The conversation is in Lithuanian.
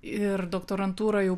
ir doktorantūra jau